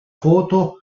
foto